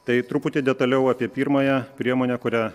tai truputį detaliau apie pirmąją priemonę kurią